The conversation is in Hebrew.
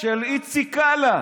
של איציק קלה.